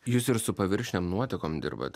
jūs ir su paviršinėm nuotekom dirbat